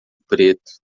preto